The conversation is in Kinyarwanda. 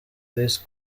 this